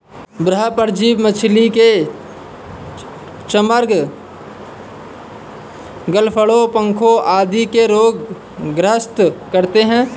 बाह्य परजीवी मछली के चर्म, गलफडों, पंखों आदि के रोग ग्रस्त करते है